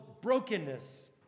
brokenness